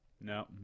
No